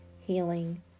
healing